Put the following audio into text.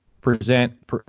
present